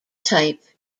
type